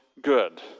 good